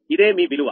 ఇదే మీ విలువ